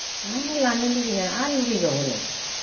आर लानो लुबैनानै आर लुबैबावो लाय